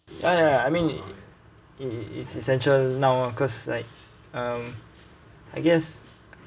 ya ya ya I mean it it it's essential now ah cause like I guess